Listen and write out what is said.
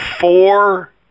four